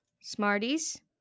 Smarties